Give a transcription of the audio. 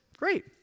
Great